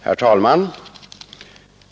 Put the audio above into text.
Herr talman!